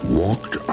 walked